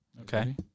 Okay